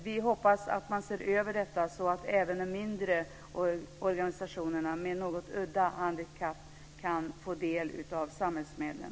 Vi hoppas att man ser över detta, så att även de mindre organisationerna som representerar något udda handikapp kan få del av samhällsmedlen.